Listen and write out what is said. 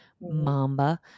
Mamba